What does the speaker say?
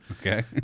okay